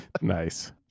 Nice